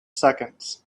seconds